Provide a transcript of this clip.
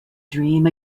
dream